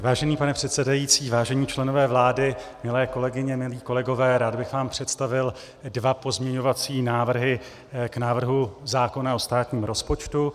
Vážený pane předsedající, vážení členové vlády, milé kolegyně, milí kolegové, rád bych vám představil dva pozměňovací návrhy k návrhu zákona o státním rozpočtu.